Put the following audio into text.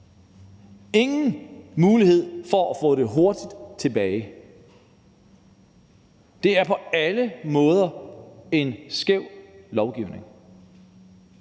ingen mulighed for at få det hurtigt tilbage. Det er på alle måder en skæv lovgivning.